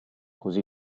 così